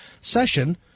session